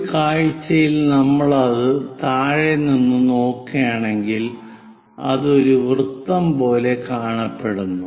ഒരു കാഴ്ചയിൽ നമ്മൾ അത് താഴെ നിന്ന് നോക്കുകയാണെങ്കിൽ അത് ഒരു വൃത്തം പോലെ കാണപ്പെടുന്നു